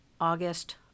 August